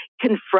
confront